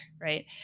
right